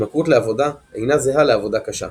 התמכרות לעבודה אינה זהה לעבודה קשה.